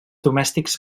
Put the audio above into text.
domèstics